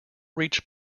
reached